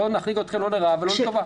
לא נחריג אתכם, לא לרעה ולא לטובה.